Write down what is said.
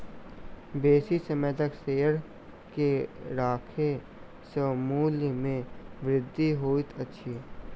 बेसी समय तक शेयर के राखै सॅ मूल्य में वृद्धि होइत अछि